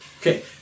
Okay